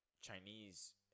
chinese